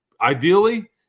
ideally